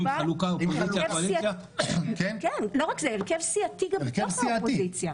היה הרכב סיעתי גם בתוך האופוזיציה.